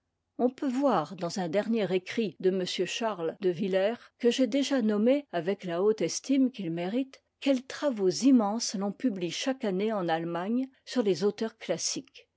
on peut voir dans un dernier écrit de m ch de villers que j'ai déjà nommé avec la haute estime qu'il mérite quels travaux immenses l'on publie chaque année en allemagne sur les auteurs classiques